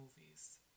movies